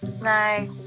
No